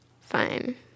fine